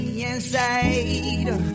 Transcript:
inside